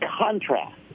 contrast